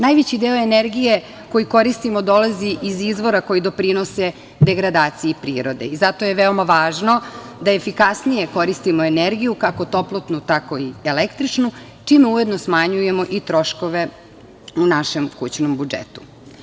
Najveći deo energije koji koristimo dolazi iz izvora koji doprinose degradaciji prirode i zato je veoma važno da efikasnije koristimo energiju kako toplotnu, tako i električnu, čime ujedno smanjujemo i troškove u našem kućnom budžetu.